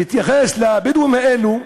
שתתייחס לבדואים האלה,